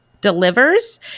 delivers